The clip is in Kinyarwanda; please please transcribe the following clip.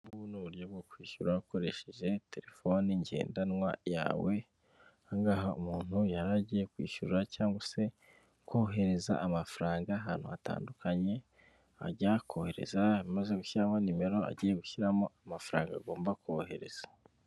Ubu ni uburyo bwo kwishyura ukoresheje telefoni ngendanwa yawe, aha ngaha umuntu yari agiye kwishyura cyangwa se kohereza amafaranga ahantu hatandukanye, ajya koherezamaze gushyiramo nimero agiye gushyiramo amafaranga agomba kohereza.